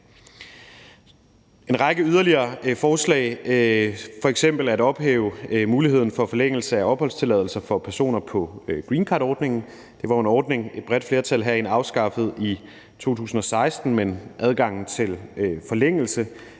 en række yderligere forslag, f.eks. at ophæve muligheden for forlængelse af opholdstilladelser for personer på greencardordningen. Det var jo en ordning, et bredt flertal herinde afskaffede i 2016, men adgangen til forlængelse